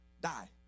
die